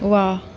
वाह